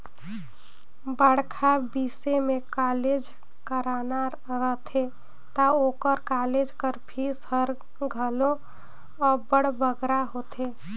बड़खा बिसे में कॉलेज कराना रहथे ता ओकर कालेज कर फीस हर घलो अब्बड़ बगरा होथे